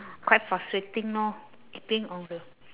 quite frustrating lor keeping all the